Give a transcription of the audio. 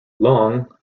long